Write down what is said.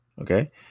Okay